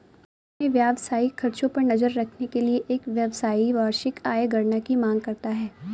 अपने व्यावसायिक खर्चों पर नज़र रखने के लिए, एक व्यवसायी वार्षिक आय गणना की मांग करता है